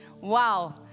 Wow